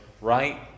right